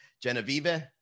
Genevieve